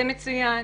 זה מצוין.